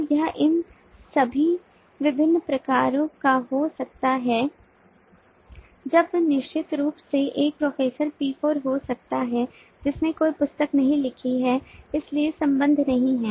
तो यह इन सभी विभिन्न प्रकारों का हो सकता है जब निश्चित रूप से एक प्रोफेसर P4 हो सकता है जिसने कोई पुस्तक नहीं लिखी है इसलिए संबद्ध नहीं है